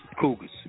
Cougars